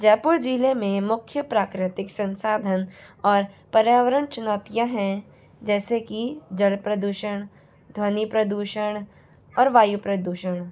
जयपुर ज़िले में मुख्य प्राकृतिक संसाधन और पर्यावरण चुनौतियाँ है जैसे कि जल प्रदुषण ध्वनि प्रदुषण और वायु प्रदुषण